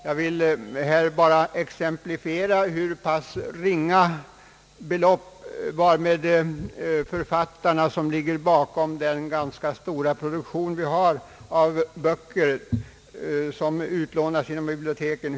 Jag vill här bara exemplifiera hur pass ringa ersättningen är till förfat tarna, som ligger bakom den ganska stora produktion av böcker som utlånas genom biblioteken.